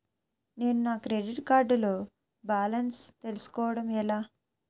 నేను నా credit card లో బాలన్స్ తెలుసుకోవడం ఎలా?